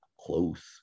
close